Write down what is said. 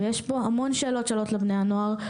יש פה המון שאלות שעולות לבני הנוער,